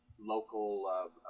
local